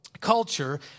culture